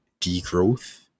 degrowth